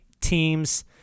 teams